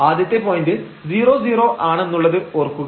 ആദ്യത്തെ പോയന്റ് 00 ആണെന്നുള്ളത് ഓർക്കുക